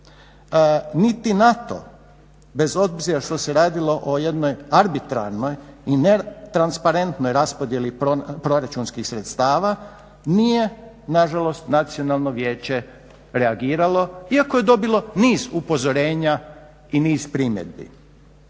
Niti na to bez obzira što se radilo o jednoj arbitrarnoj i netransparentnoj raspodjeli proračunskih sredstava, nije nažalost Nacionalno vijeće reagiralo iako je dobilo niz upozorenja i niz primjedbi.